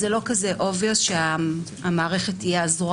זה לא כזה ברור שהמערכת תהיה הזרוע